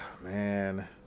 man